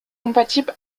compatible